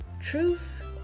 truth